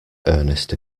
ernest